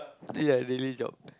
yeah really jog